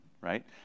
right